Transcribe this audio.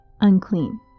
unclean